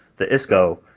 the isco,